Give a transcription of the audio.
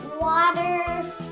water